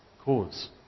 cause